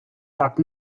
так